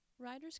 Riders